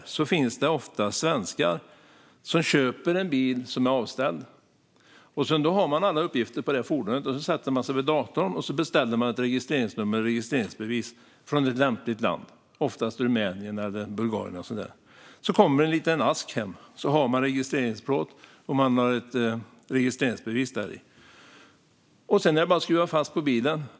Bakom finns ofta svenskar som har köpt en avställd bil. Man har alla uppgifter på fordonet, sätter sig vid datorn och beställer ett registreringsnummer och registreringsbevis från ett lämpligt land, oftast Rumänien eller Bulgarien. Sedan kommer registreringsplåt och registreringsbevis hem i en liten ask. Då är det bara att skruva fast den på bilen.